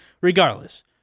Regardless